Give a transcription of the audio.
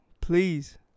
Please